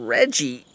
Reggie